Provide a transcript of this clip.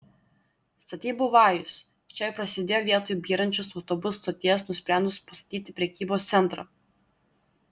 statybų vajus čia prasidėjo vietoj byrančios autobusų stoties nusprendus pastatyti prekybos centrą